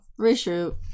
reshoot